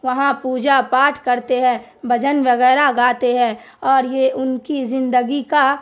وہاں پوجا پاٹھ کرتے ہیں بھجن وغیرہ گاتے ہیں اور یہ ان کی زندگی کا